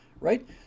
right